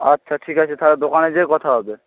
আচ্ছা ঠিক আছে তাহলে দোকানে যেয়ে কথা হবে